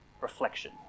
reflection